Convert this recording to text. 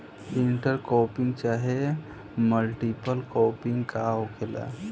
Inter cropping चाहे multiple cropping का होखेला?